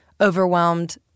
overwhelmed